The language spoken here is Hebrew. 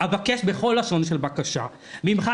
אבקש בכל לשון של בקשה ממך,